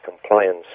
compliance